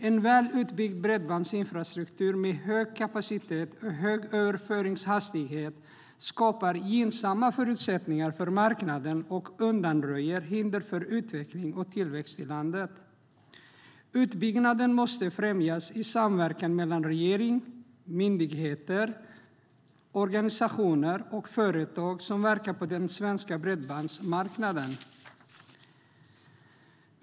En väl utbyggd bredbandsinfrastruktur med hög kapacitet och hög överföringshastighet skapar gynnsamma förutsättningar för marknaden och undanröjer hinder för utveckling och tillväxt i landet. Utbyggnaden måste främjas i samverkan mellan regering, myndigheter, organisationer och företag som verkar på den svenska bredbandsmarknaden.